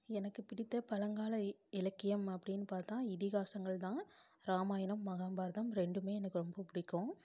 எனக்கு பிடித்த பழங்கால இலக்கியம் அப்படினும் பார்த்தா இதிகாசங்கள் தான் ராமாயணம் மகாபாரதம் ரெண்டுமே எனக்கு ரொம்ப பிடிக்கும்